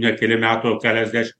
ne keli metai o keliasdeš